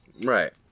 Right